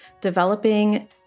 developing